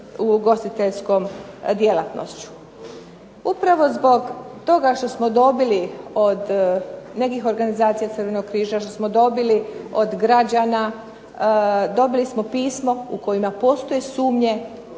ugostiteljskom djelatnošću. Upravo zbog toga što smo dobili od nekih organizacija Crvenog križa, što smo dobili od građana dobili smo pismo u kojima postoje sumnje